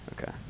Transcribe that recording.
Okay